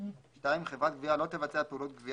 (2) חברת גביה לא תבצע פעולות גביה